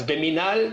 אז במינהל,